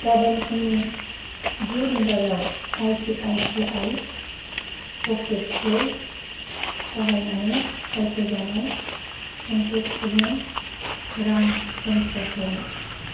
गाबोन फुंनि गु रिंगायाव I C I C I प'केट्सखौ बाहायनानै सायख'जानाय क'नटेक्टफोरनो रां ट्रेन्सफार खालाम